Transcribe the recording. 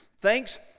thanks